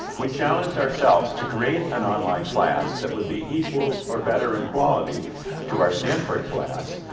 we challenged ourselves to create an online class that would be equal or better and quality to our stanford class,